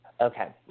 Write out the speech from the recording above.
Okay